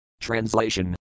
Translation